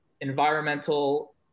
environmental